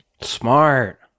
Smart